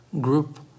group